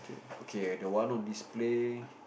okay the one on display